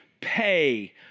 pay